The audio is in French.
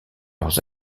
leurs